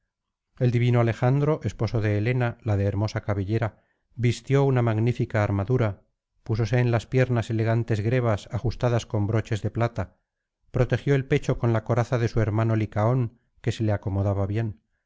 el divino alejandro esposo de helena la de hermosa cabellera vistió una magnífica armadura púsose en las piernas elegantes grebas ajustadas con broches de plata protegió el pecho con la coraza de su hermano licaón que se le acomodaba bien